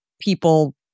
people